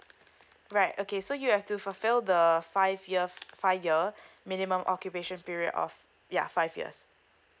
right okay so you have to fulfill the five year five year minimum occupation period of ya five years